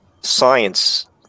science